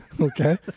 Okay